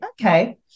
Okay